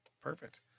Perfect